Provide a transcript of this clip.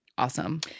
Awesome